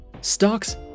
stocks